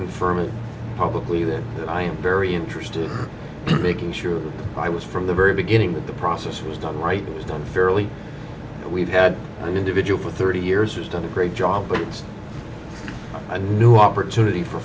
confirm publicly that i am very interested in making sure i was from the very beginning that the process was done right it was done fairly we've had an individual for thirty years has done a great job but it's a new opportunity for